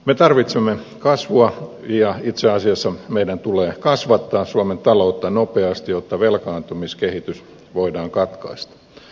me tarvitsemme kasvua ja itse asiassa meidän tulee kasvattaa suomen taloutta nopeasti jotta velkaantumiskehitys voidaan katkaista